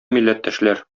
милләттәшләр